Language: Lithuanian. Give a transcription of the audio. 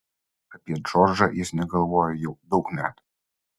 apie džordžą jis negalvojo jau daug metų